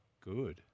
Good